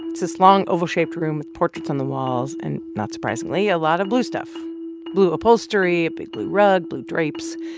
this long, oval-shaped room with portraits on the walls and, not surprisingly, a lot of blue stuff blue upholstery, a big blue rug, blue drapes.